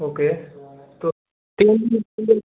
ओ के तो तीन